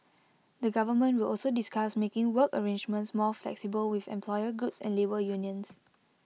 the government will also discuss making work arrangements more flexible with employer groups and labour unions